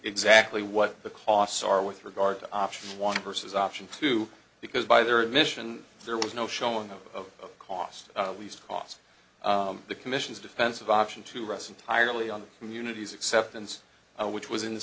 exactly what the costs are with regard to option one versus option two because by their admission there was no showing of cost of these costs the commissions defensive option to rest entirely on the communities acceptance which was in the